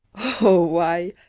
oh, why,